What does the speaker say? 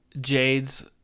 Jade's